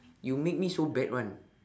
you make me so bad [one]